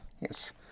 Yes